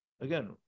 Again